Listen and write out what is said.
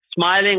Smiling